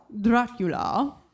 Dracula